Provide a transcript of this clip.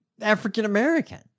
african-american